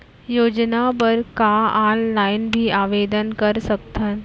योजना बर का ऑनलाइन भी आवेदन कर सकथन?